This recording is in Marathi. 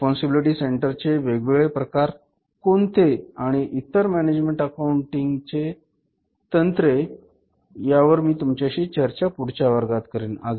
रेस्पोंसिबिलिटी सेंटरचे वेगवेगळे प्रकार कोणते आणि इतर मॅनेजमेंट अकाऊंट इंची तंत्रे यावर मी तुमच्याशी चर्चा पुढच्या वर्गात करेन